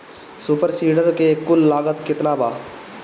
Super seeder के कुल लागत केतना बा?